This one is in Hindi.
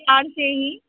आज से ही